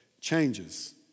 changes